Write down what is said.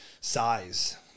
size